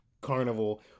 Carnival